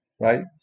right